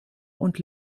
und